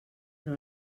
però